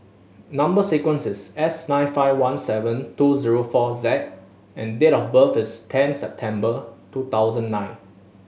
number sequence is S nine five one seven two zero four Z and date of birth is ten September two thousand nine